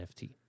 NFT